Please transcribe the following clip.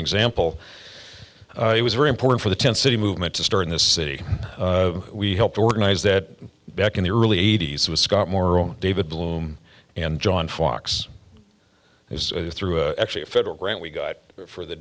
example it was very important for the tent city movement to start in the city we helped organize that back in the early eighty's with scott moral david bloom and john fox is through actually a federal grant we got for the